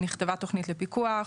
נכתבה תכנית לפיקוח,